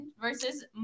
versus